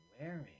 wearing